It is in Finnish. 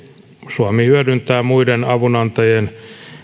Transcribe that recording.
suomi hyödyntää muiden avunantajien